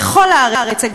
בכל הארץ,